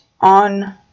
on